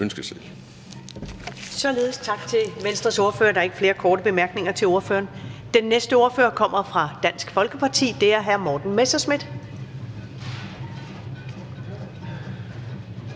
Således tak til Venstres ordfører. Der er ikke flere korte bemærkninger til ordføreren. Den næste ordfører kommer fra Dansk Folkeparti, og det er hr. Morten Messerschmidt.